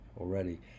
already